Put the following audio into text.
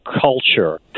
culture